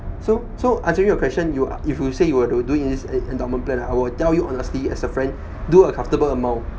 so so answering your question you if you say you were to do this endowment plan right I will tell you honestly as a friend do a comfortable amount